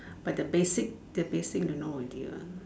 but the basic the basic you know already what